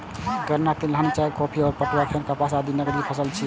गन्ना, तिलहन, चाय, कॉफी, पटुआ, खैनी, कपास आदि नकदी फसल छियै